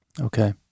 Okay